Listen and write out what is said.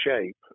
shape